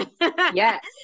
Yes